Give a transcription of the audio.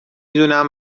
دونم